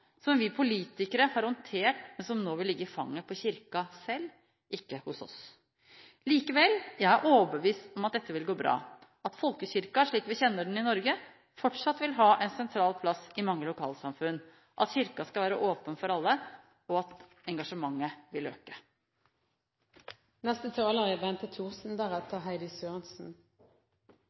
som vi politikere har håndtert, men som nå vil ligge i fanget på Kirken selv, ikke hos oss. Likevel: Jeg er overbevist om at dette vil gå bra: at folkekirken, slik vi kjenner den i Norge, fortsatt vil ha en sentral plass i mange lokalsamfunn, at Kirken skal være åpen for alle, og at engasjementet vil